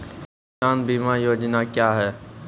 किसान बीमा योजना क्या हैं?